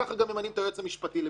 ככה גם ממנים את היועץ המשפטי למשרד.